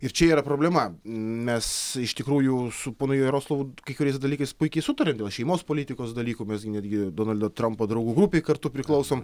ir čia yra problema mes iš tikrųjų su ponu jaroslavu kai kuriais dalykais puikiai sutariam dėl šeimos politikos dalykų bet netgi donaldo trampo draugų grupėj kartu priklausom